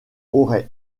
aurait